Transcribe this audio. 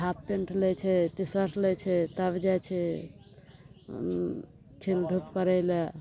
half pant लै छै T shirt लै छै तब जाइ छै खेल धूप करै लए